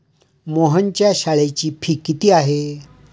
मोहनच्या शाळेची फी किती आहे?